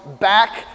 back